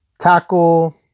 tackle